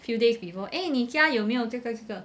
few days before eh 你家有没有这个这个